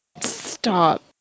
Stop